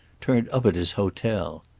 turned up at his hotel.